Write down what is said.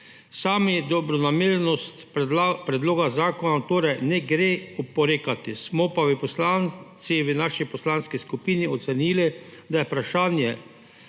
Sami dobronamernosti predloga zakona torej ne gre oporekati, smo pa poslanci v naši poslanski skupini ocenili, da vprašanje